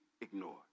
ignored